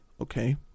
okay